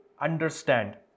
understand